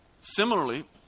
Similarly